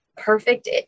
perfect